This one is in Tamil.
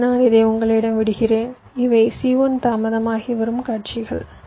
எனவே நான் இதை உங்களிடம் விடுகிறேன் இவை C1 தாமதமாகி வரும் காட்சிகள்